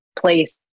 place